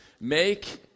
Make